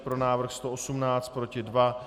Pro návrh 118, proti 2.